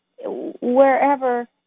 wherever